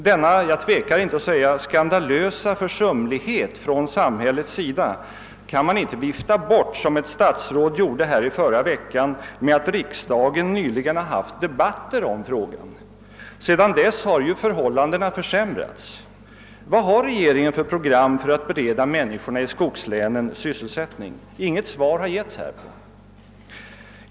Denna — jag tvekar inte att säga det — skandalösa försumlighet från samhällets sida kan man inte vifta bort, som ett statsråd gjorde här förra veckan med att riksdagen nyligen har haft debatter om frågan. Sedan dess har ju förhållandena försämrats. Vad har regeringen för program för att bereda människorna i skogslänen sysselsättning? Inget svar har lämnats här.